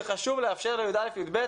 זה חשוב לאפשר ל-י"א-י"ב